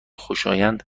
خوشایند